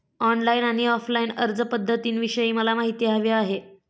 online आणि offline अर्जपध्दतींविषयी मला माहिती हवी आहे